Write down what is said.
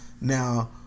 Now